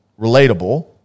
relatable